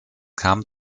kam